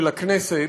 של הכנסת,